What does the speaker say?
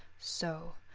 so,